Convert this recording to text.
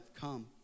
come